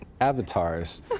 avatars